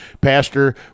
Pastor